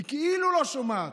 היא כאילו לא שומעת.